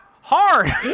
hard